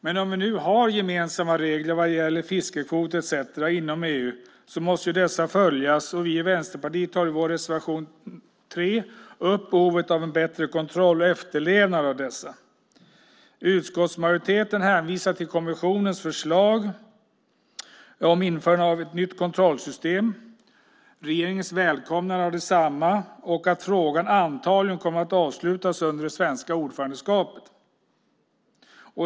Men om vi nu har gemensamma regler vad gäller fiskekvoter etcetera inom EU så måste ju dessa följas. Vi i Vänsterpartiet tar i vår reservation nr 3 upp behovet av en bättre kontroll och efterlevnad av dessa. Utskottsmajoriteten hänvisar till kommissionens förslag om införande av ett nytt kontrollsystem, regeringens välkomnande av detsamma och att frågan antagligen kommer att avslutas under det svenska ordförandeskapet.